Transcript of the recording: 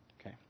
Okay